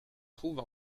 trouve